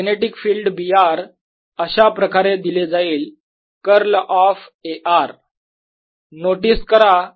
magnetic field B r अशाप्रकारे दिले जाईल curl of A r notice करा